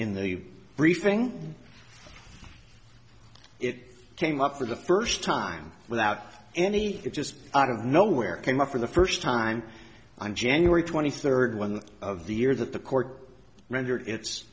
in the briefing it came up for the first time without any it just out of nowhere for the first time on january twenty third one of the years that the court rendered it